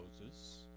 Moses